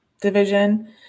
division